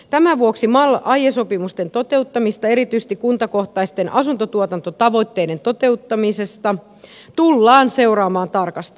tämän vuoksi mal aiesopimusten toteuttamista erityisesti kuntakohtaisten asuntotuotantotavoitteiden toteutumisesta tullaan seuraamaan tarkasti